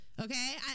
okay